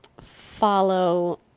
follow